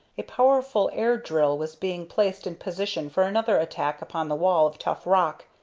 a powerful air-drill was being placed in position for another attack upon the wall of tough rock,